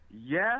yes